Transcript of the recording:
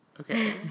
Okay